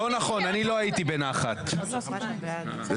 אני מבקש